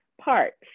parts